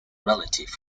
relative